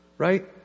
Right